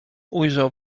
ujrzał